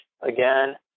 again